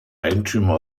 eigentümer